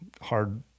hard